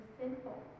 simple